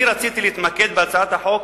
אני רציתי להתמקד בהצעת החוק